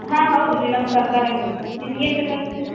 ಹಾಂ ಹೌದು ರೀ ನಮ್ದು ತರಕಾರಿ ಅಂಗಡಿ ನಿಮ್ಗೇನು ಬೇಕಾಗಿತ್ತು ರೀ